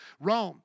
Rome